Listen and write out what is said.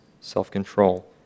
self-control